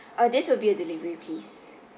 uh this will be a delivery please